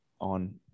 on